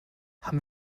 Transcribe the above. haben